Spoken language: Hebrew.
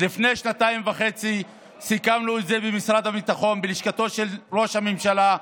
לפני שנתיים וחצי סיכמנו את זה במשרד הביטחון בלשכתו של ראש הממשלה.